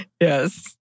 Yes